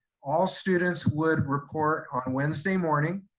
all students would report on wednesday morning